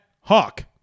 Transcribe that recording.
Hawk